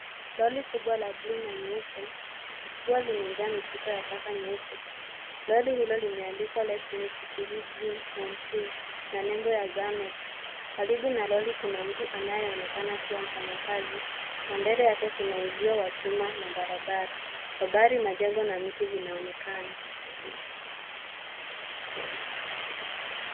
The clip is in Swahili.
Lori kubwa la bluu na nyeupe lilikuwa limejaa mifuko ya taka nyeupe. Lori hilo limeandikwa Let's make Eastleigh Green and clean na nembo ya zanox. Karibu na lori kuna mtu anayeonekana kuwa mfanyi kazi na mbele yake kuna uzio wa chuma na barabara . Kwa umbali, majengo na miti vinaonekana.